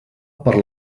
per